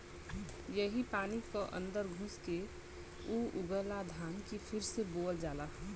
यही पानी क अन्दर घुस के ऊ उगला धान के फिर से बोअल जाला